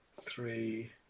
three